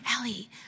Ellie